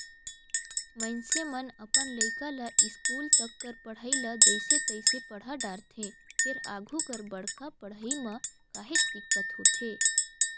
मइनसे मन अपन लइका ल इस्कूल तक कर पढ़ई ल जइसे तइसे पड़हा डारथे फेर आघु कर बड़का पड़हई म काहेच दिक्कत होथे